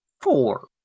four